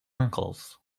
uncles